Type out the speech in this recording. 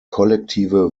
kollektive